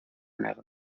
negro